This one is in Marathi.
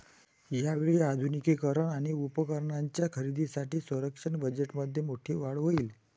यावेळी आधुनिकीकरण आणि उपकरणांच्या खरेदीसाठी संरक्षण बजेटमध्ये मोठी वाढ होईल